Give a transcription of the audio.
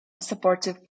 supportive